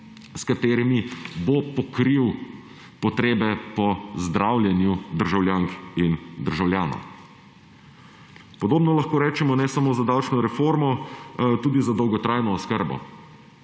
s katerimi bo pokril potrebe po zdravljenju državljank in državljanov. Podobno lahko rečemo ne samo za davčno reformo, ampak tudi za dolgotrajno oskrbo,